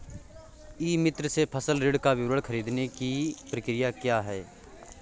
ई मित्र से फसल ऋण का विवरण ख़रीदने की प्रक्रिया क्या है?